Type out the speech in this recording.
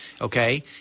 Okay